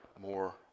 more